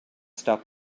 stop